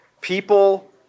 People